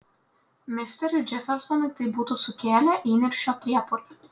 misteriui džefersonui tai būtų sukėlę įniršio priepuolį